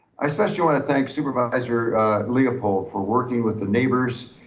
i especially want to thank supervisor leopold for working with the neighbors.